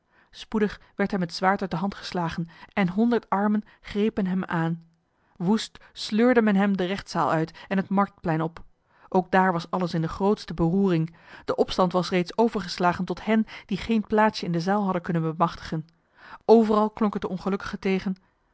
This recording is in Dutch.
spoedig werd hem het zwaard uit de hand geslagen en honderd armen grepen hem aan woest sleurde men hem de rechtzaal uit en het marktplein op ook daar was alles in de grootste beroering de opstand was reeds overgeslagen tot hen die geen plaatsje in de zaal hadden kunnen bemachtigen overal klonk het den ongelukkige tegen